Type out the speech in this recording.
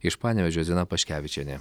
iš panevėžio zina paškevičienė